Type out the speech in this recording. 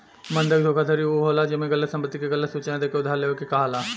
बंधक धोखाधड़ी उ होला जेमे गलत संपत्ति के गलत सूचना देके उधार लेवे के कहाला